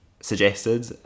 suggested